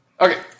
Okay